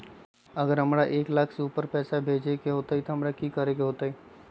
अगर हमरा एक लाख से ऊपर पैसा भेजे के होतई त की करेके होतय?